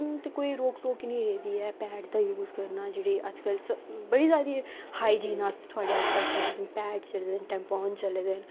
हून ते कोई रोक टोक नेईं रेही दी ऐ पेड़ दा यूज करना अजकल बड़ी जैदा हाईजीन आस्तै चले दे न पेड़ चले दे न